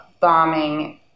bombing